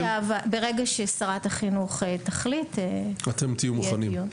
ברגע ששרת החינוך תחליט יהיה דיון.